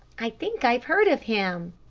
i think i've heard of him,